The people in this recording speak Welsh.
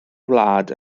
wlad